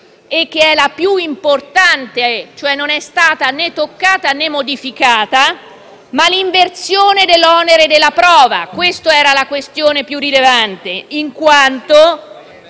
che è la più importante e non è stata né toccata, né modificata - ma altresì l'inversione dell'onere della prova. Questa era la questione più rilevante. Se il